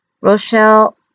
Rochelle